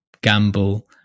gamble